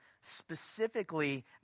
specifically